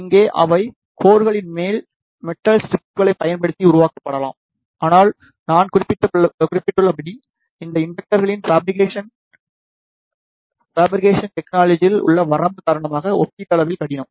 இங்கே அவை கோர்களின் மேல் மெட்டல் ஸ்ட்ரைப்களைப் பயன்படுத்தி உருவாக்கப்படலாம் ஆனால் நான் குறிப்பிட்டுள்ளபடி இந்த இண்டக்டர்களின் ஃபபிரிகேஷன் ஃபபிரிகேஷன் டெக்னீக்நொலஜியில் உள்ள வரம்பு காரணமாக ஒப்பீட்டளவில் கடினம்